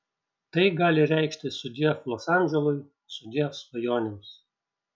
tai gali reikšti sudiev los andželui sudiev svajonėms